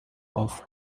off